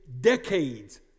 decades